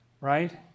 right